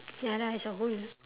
ya lah as a whole